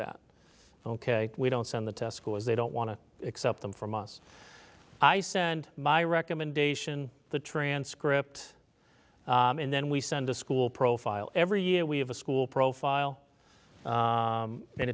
that ok we don't send the test scores they don't want to accept them from us i send my recommendation the transcript and then we send the school profile every year we have a school profile